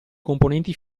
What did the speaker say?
componenti